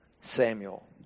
Samuel